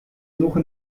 suche